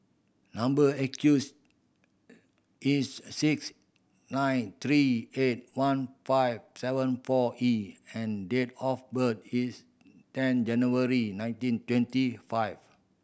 number is six nine three eight one five seven four E and date of birth is ten January nineteen twenty five